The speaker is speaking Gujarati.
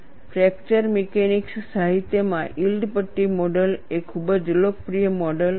ફ્રેકચર મિકેનિક્સ સાહિત્યમાં યીલ્ડ પટ્ટી મોડલ એ ખૂબ જ લોકપ્રિય મોડલ છે